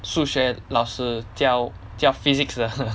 数学老师教教的